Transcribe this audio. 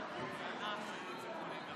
הכי מדהים אותי שהיצירתיות שלכם נגמרה.